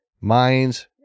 Minds